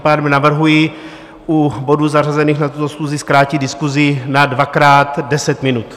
Tím pádem navrhuji u bodů, zařazených na tuto schůzi, zkrátit diskusi na dvakrát 10 minut.